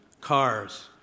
cars